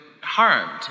harmed